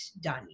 done